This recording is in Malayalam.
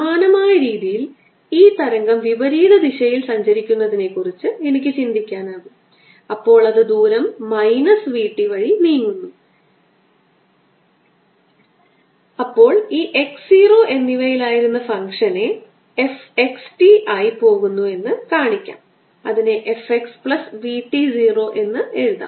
സമാനമായ രീതിയിൽ ഈ തരംഗം വിപരീത ദിശയിൽ സഞ്ചരിക്കുന്നതിനെക്കുറിച്ച് എനിക്ക് ചിന്തിക്കാനാകും അപ്പോൾ അത് ദൂരം മൈനസ് v t വഴി നീങ്ങുന്നു ഈ അപ്പോൾ ഈ x 0 എന്നിവയിൽ ആയിരുന്ന ഫംഗ്ഷനെ f x t ആയി പോകുന്നു എന്ന് കാണിക്കാം അതിനെ f x plus v t 0 എന്ന് എഴുതാം